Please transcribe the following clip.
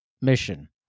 mission